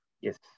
Yes